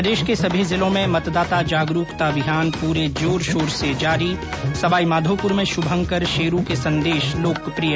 प्रदेश के सभी जिलो में मतदाता जागरूकता अभियान पूरे जोर शोर से जारी सवाईमाघोप्र में शुभंकर शेरू के संदेश लोकप्रिय